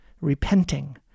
repenting